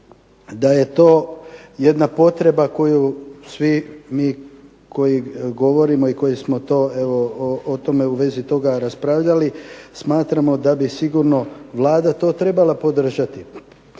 da je to jedna potreba koju svi mi koji govorimo i koji smo o tome, u vezi toga raspravljali smatramo da bi sigurno Vlada to trebala podržati.